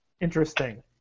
Interesting